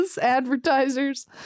advertisers